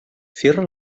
cierra